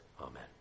Amen